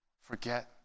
forget